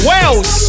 Wales